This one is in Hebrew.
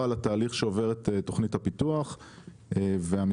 לתהליך שעוברת תוכנית הפיתוח --- ליאור,